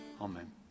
amen